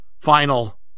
final